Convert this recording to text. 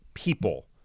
people